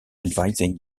advising